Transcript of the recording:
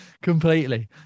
Completely